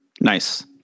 Nice